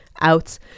out